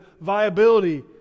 viability